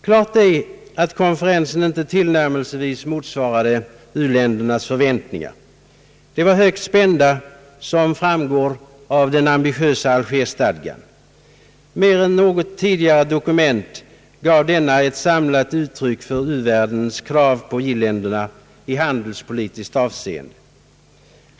Klart är att konferensen inte tillnärmelsevis motsvarade u-ländernas förväntningar. De var högt spända, som framgår av den ambitiösa Algerstadgan. Mer än något tidigare dokument gav denna ett samlat uttryck för uvärldens krav på i-länderna i handelspolitiskt avseende.